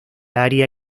área